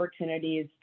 opportunities